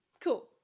Cool